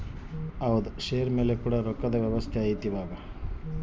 ಷೇರು ಮೇಲೆ ಕೂಡ ರೊಕ್ಕದ್ ವ್ಯವಸ್ತೆ ಐತಿ ಇವಾಗ